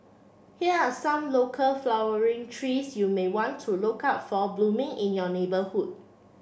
here are some local flowering trees you may want to look out for blooming in your neighbourhood